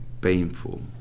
painful